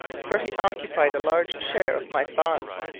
for he occupied a large share of my thoughts.